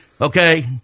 okay